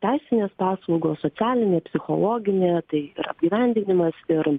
teisinės paslaugos socialinė psichologinė tai ir apgyvendinimas ir